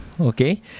okay